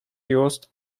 used